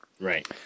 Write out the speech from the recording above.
Right